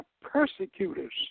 persecutors